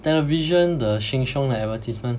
television the Sheng-Siong the advertisement